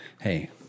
hey